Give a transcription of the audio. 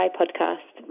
podcast